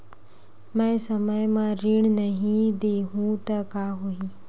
मैं समय म ऋण नहीं देहु त का होही